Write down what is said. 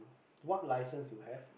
what license you have